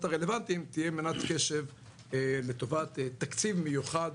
הרלוונטיים תהיה מנת קשב לטובת תקציב מיוחד.